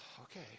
okay